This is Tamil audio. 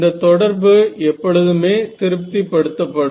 இந்த தொடர்பு எப்பொழுதுமே திருப்தி படுத்த படும்